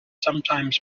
sometimes